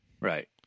Right